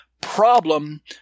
problem